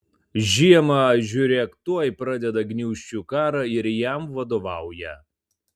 žiemą žiūrėk tuoj pradeda gniūžčių karą ir jam vadovauja